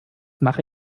mache